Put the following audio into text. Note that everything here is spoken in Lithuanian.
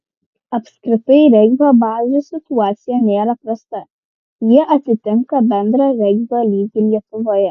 apskritai regbio bazių situacija nėra prasta ji atitinka bendrą regbio lygį lietuvoje